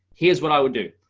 here's what i would do.